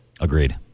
Agreed